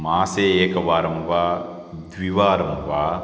मासे एकवारं वा द्विवारं वा